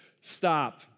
stop